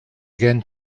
again